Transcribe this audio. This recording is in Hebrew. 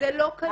לא קיים.